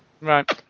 Right